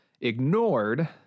ignored